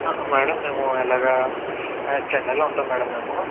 madam మేము ఇలాగా మేము చెన్నైలో ఉంటాం మేడం మేము